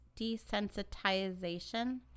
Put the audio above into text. desensitization